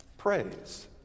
praise